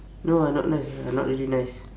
no ah not nice ah not really nice